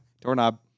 Doorknob